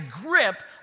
grip